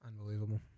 Unbelievable